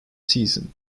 season